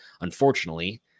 Unfortunately